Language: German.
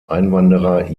einwanderer